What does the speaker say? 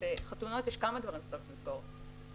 בחתונות צריך לסגור כמה דברים.